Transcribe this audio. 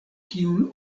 kiun